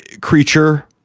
creature